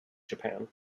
japan